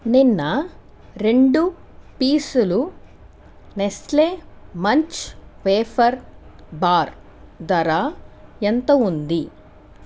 నిన్న రెండు పీసులు నెస్లే మంచ్ వేఫర్ బార్ ధర ఎంత ఉంది